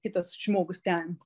kitas žmogus ten